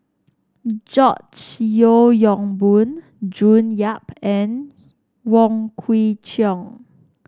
George Yeo Yong Boon June Yap and Wong Kwei Cheong